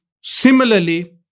Similarly